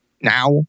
now